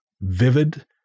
vivid